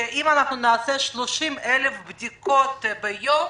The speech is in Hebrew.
שאם נעשה 30,000 בדיקות ביום